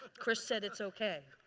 chris said it's okay.